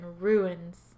ruins